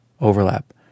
overlap